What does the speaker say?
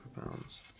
pounds